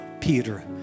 Peter